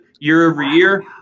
year-over-year